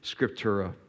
Scriptura